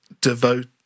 devote